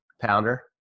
pounder